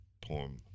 poem